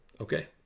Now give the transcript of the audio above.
Okay